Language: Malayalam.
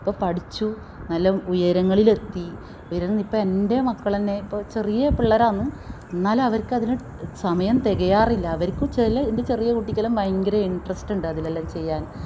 ഇപ്പോൾ പഠിച്ചു നല്ല ഉയരങ്ങളിലെത്തി ഉയരങ്ങളിപ്പൊയെന്റെ മക്കളന്നെ ഇപ്പോൾ ചെറിയ പിള്ളേരാന്ന് എന്നാലും അവര്ക്കതിന് സമയം തികയാറില്ല അവർക്ക് ചില എന്റെ ചെറിയ കുട്ടിക്കെല്ലാം ഭയങ്കര ഇന്ട്രെസ്റ്റുണ്ടതിലെല്ലാം ചെയ്യാന്